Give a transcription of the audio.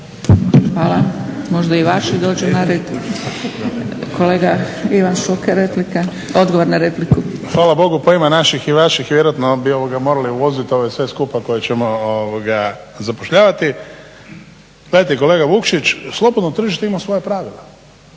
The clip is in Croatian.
Hvala. Možda i vaši dođu red. Kolega Ivan Šuker, odgovor na repliku. **Šuker, Ivan (HDZ)** Hvala Bogu pa ima naših i vaših, vjerojatno bi morali uvoziti ove sve skupa koje ćemo zapošljavati. Gledajte kolega Vukšić, slobodno tržište ima svoja pravila